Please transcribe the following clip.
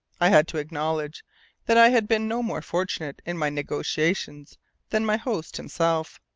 i had to acknowledge that i had been no more fortunate in my negotiations than my host himself,